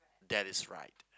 that is right